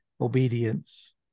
obedience